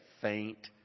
faint